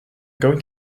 going